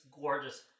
gorgeous